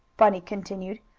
bunny continued.